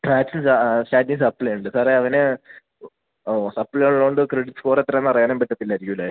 സ്റ്റാറ്റി സപ്പ്ളിയുണ്ട് സാറെ അവന് ഓ സപ്ലിയ്ള്ളോണ്ട് ക്രെഡിറ്റ് സ്കോറെത്രയാന്ന് അറിയാനും പറ്റത്തില്ലായിരിക്കുമല്ലേ